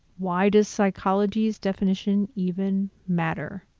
why does psychology's definition even matter?